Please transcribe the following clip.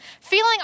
feeling